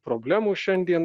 problemų šiandien